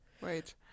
Wait